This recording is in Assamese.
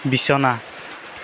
বিছনা